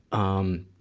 um,